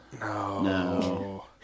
No